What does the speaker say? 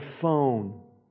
phone